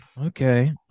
Okay